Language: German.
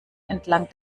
entlang